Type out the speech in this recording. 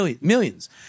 millions